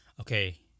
Okay